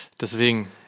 Deswegen